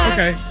Okay